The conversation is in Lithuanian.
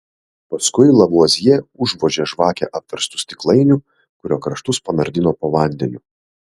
paskui lavuazjė užvožė žvakę apverstu stiklainiu kurio kraštus panardino po vandeniu